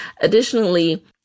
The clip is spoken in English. Additionally